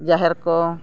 ᱡᱟᱦᱮᱨ ᱠᱚ